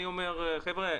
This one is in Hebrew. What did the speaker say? אני אומר: חבר'ה,